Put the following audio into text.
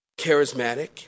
charismatic